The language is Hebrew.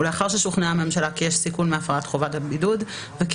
ולאחר ששוכנעה הממשלה כי יש סיכון מהפרת חובת הבידוד וכי